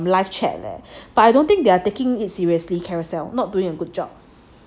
live chat leh but I don't think they're taking it seriously Carousell not doing a good job